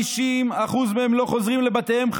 50% מהם לא חוזרים לבתיהם,